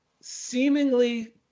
seemingly